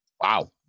Wow